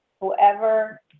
whoever